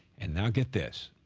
and now get this.